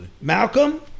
Malcolm